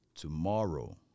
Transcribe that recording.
tomorrow